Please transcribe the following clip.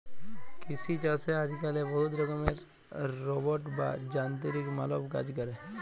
কিসি ছাসে আজক্যালে বহুত রকমের রোবট বা যানতিরিক মালব কাজ ক্যরে